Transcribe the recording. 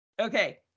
Okay